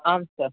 आं सर्